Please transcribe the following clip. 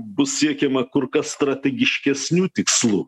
bus siekiama kur kas strategiškesnių tikslų